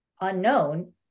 unknown